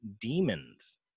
Demons